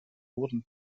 wurden